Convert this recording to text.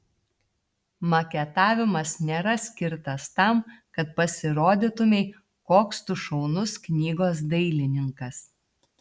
maketavimas nėra skirtas tam kad pasirodytumei koks tu šaunus knygos dailininkas